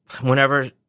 whenever